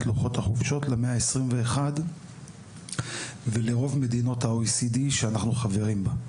לוח החופשות למאה ה-21 ולרוב מדינות ה-OECD שאנחנו חברים בה.